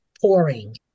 pouring